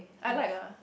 I like ah